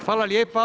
Hvala lijepa.